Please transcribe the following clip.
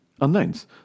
unknowns